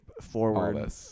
forward